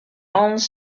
hans